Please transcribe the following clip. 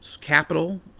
capital